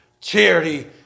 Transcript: charity